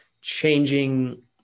changing